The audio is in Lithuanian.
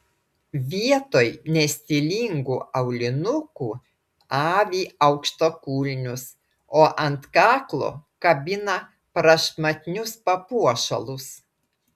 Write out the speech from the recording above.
vietoj nestilingų aulinukų avi aukštakulnius o ant kaklo kabina prašmatnius papuošalus